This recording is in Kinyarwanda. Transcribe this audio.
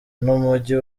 n’umujyi